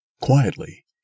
Quietly